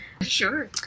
Sure